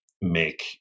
make